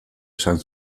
esan